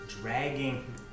dragging